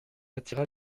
attira